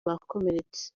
bakomeretse